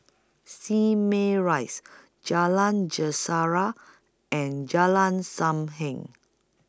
Simei Rise Jalan Sejarah and Jalan SAM Heng